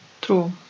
true